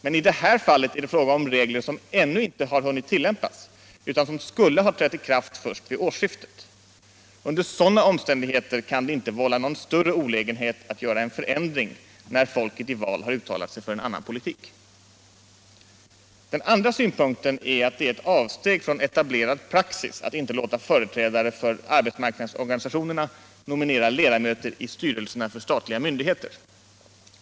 Men i det här fallet är det fråga om regler som ännu inte har hunnit tillämpas utan skulle ha trätt i kraft först vid årsskiftet. Under sådana omständigheter kan det inte vålla någon större olägenhet att göra en förändring, när folket i val har uttalat sig för en annan politik. Den andra invändningen gäller att det är ett avsteg från etablerad praxis att inte låta företrädare för arbetsmarknadsorganisationerna nominera ledamöter i styrelserna för statliga myndigheter.